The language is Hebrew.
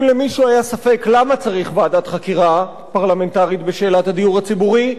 אם למישהו היה ספק למה צריך ועדת חקירה פרלמנטרית בשאלת הדיור הציבורי,